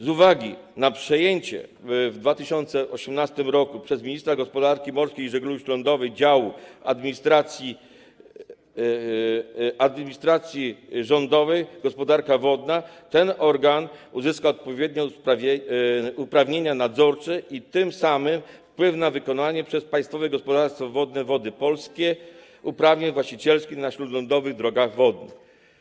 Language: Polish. Z uwagi na przejęcie w 2018 r. przez ministra gospodarki morskiej i żeglugi śródlądowej działu administracji rządowej: gospodarka wodna, ten organ uzyskał odpowiednie uprawnienia nadzorcze i tym samym wpływ na wykonywanie przez Państwowe Gospodarstwo Wodne Wody Polskie uprawnień właścicielskich na śródlądowych drogach wodnych.